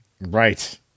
Right